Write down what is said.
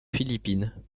philippines